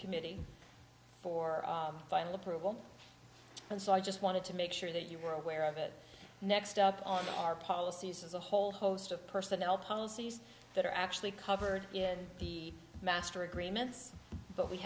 committee for final approval and so i just wanted to make sure that you were aware of it next up on our policies as a whole host of personnel policies that are actually covered in the master agreements but we